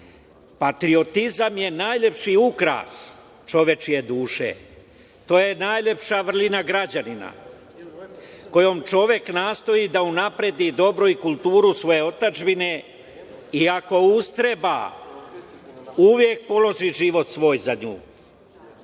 Alpima. Patriotizam je najlepši ukras čovečije duše. To je najlepša vrlina građanina kojom čovek nastoji da unapredi dobro i kulturu svoje otadžbine i ako ustreba uvek položi život svoj za nju.